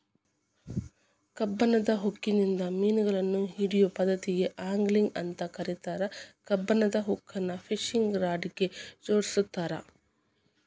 ಕಬ್ಬಣದ ಹುಕ್ಕಿನಿಂದ ಮಿನುಗಳನ್ನ ಹಿಡಿಯೋ ಪದ್ದತಿಗೆ ಆಂಗ್ಲಿಂಗ್ ಅಂತ ಕರೇತಾರ, ಕಬ್ಬಣದ ಹುಕ್ಕನ್ನ ಫಿಶಿಂಗ್ ರಾಡ್ ಗೆ ಜೋಡಿಸಿರ್ತಾರ